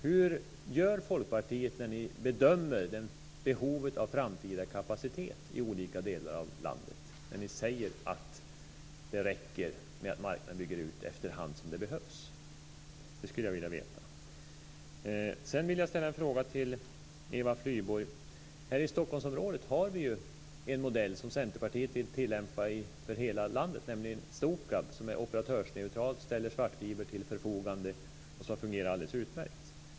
Hur gör ni i Folkpartiet när ni bedömer behovet av framtida kapacitet i olika delar av landet, när ni säger att det räcker med att marknaden bygger ut efter hand som det behövs? Det skulle jag vilja veta. Sedan vill jag ställa en fråga till Eva Flyborg. Här i Stockholmsområdet har vi ju en modell som Centerpartiet vill tillämpa i hela landet, nämligen Stokab, som är operatörsneutralt och ställer svartfiber till förfogande och som fungerar alldeles utmärkt.